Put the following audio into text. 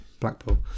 blackpool